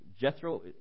Jethro